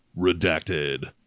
Redacted